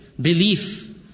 belief